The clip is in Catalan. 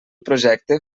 projecte